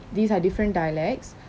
these are different dialects